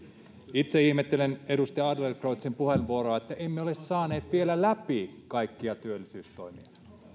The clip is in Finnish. itse ihmettelen edustaja adlercreutzin puheenvuoroa että emme ole saaneet vielä läpi kaikkia työllisyystoimia ja